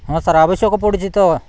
ହଁ ସାର୍ ଆବଶ୍ୟକ ପଡ଼ୁଛି ତ